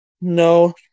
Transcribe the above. No